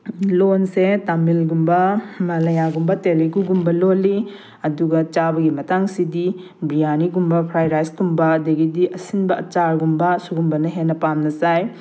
ꯂꯣꯟꯁꯦ ꯇꯥꯃꯤꯜꯒꯨꯝꯕ ꯃꯥꯂꯥꯌꯥꯒꯨꯝꯕ ꯇꯦꯂꯤꯒꯨꯒꯨꯝꯕ ꯂꯣꯜꯂꯤ ꯑꯗꯨꯒ ꯆꯥꯕꯒꯤ ꯃꯇꯥꯡꯁꯤꯗꯤ ꯕ꯭ꯔꯤꯌꯥꯅꯤꯒꯨꯝꯕ ꯐ꯭ꯔꯥꯏ ꯔꯥꯏꯖ ꯀꯨꯝꯕ ꯑꯗꯨꯗꯒꯤꯗꯤ ꯑꯁꯤꯟꯕ ꯑꯥꯆꯥꯔꯒꯨꯝꯕ ꯁꯤꯒꯨꯝꯕꯅ ꯍꯦꯟꯅ ꯄꯥꯝꯅ ꯆꯥꯏ